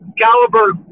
caliber